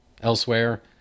Elsewhere